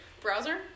Browser